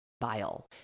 bile